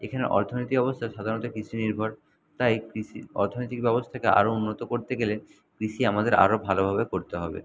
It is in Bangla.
এখানে অর্থনৈতিক অবস্থা সাধারণত কৃষি নির্ভর তাই কৃষি অর্থনৈতিক ব্যবস্থাকে আরো উন্নত করতে গেলে কৃষি আমাদের আরো ভালোভাবে করতে হবে